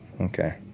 Okay